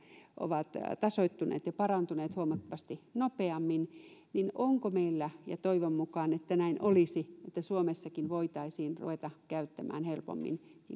ovat tasoittuneet ja parantuneet huomattavasti nopeammin kysyisinkin onko meillä käyty tällaista keskustelua toivon mukaan näin olisi että suomessakin voitaisiin ruveta käyttämään helpommin